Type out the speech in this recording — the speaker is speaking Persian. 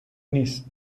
نیست